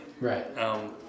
Right